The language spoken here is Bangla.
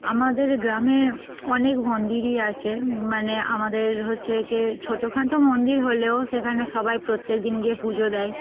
আমাদের গ্রামে অনেক মন্দিরই আছে মানে আমাদের হচ্ছে কি ছোটখাটো মন্দির হলেও সেখানে সবাই প্রত্যেক দিন গিয়ে পুজো দেয়